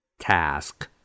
Task